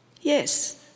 Yes